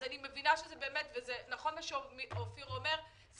זה נכון מה שאופיר אומר,